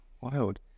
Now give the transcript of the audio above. Wild